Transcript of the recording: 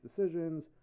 decisions